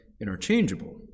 interchangeable